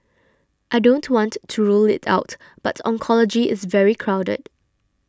I don't want to rule it out but oncology is very crowded